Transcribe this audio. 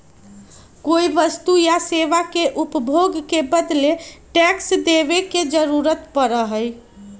कोई वस्तु या सेवा के उपभोग के बदले टैक्स देवे के जरुरत पड़ा हई